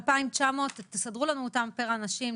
ה-2,900 - תסדרו לנו אותם פר אנשים,